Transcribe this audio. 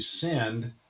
send